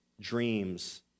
dreams